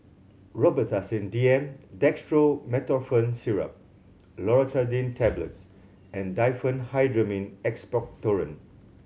Robitussin D M Dextromethorphan Syrup Loratadine Tablets and Diphenhydramine Expectorant